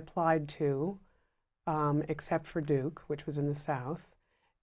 applied to except for duke which was in the south